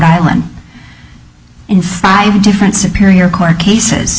island in five different superior court cases